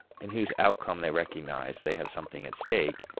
in whose outcome they recognize they have something at stake,